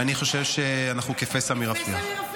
אני חושב שאנחנו כפסע מרפיח.